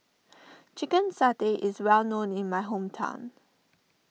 Chicken Satay is well known in my hometown